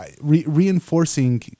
reinforcing